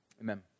amen